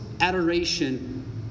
adoration